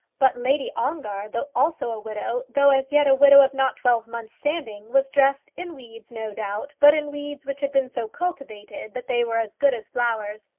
but lady ongar, though also a widow, though as yet a widow of not twelve months' standing, was dressed in weeds, no doubt but in weeds which had been so cultivated that they were as good as flowers.